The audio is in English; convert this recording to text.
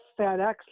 FedEx